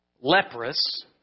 leprous